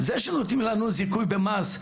זה שנותנים לנו זיכוי במס,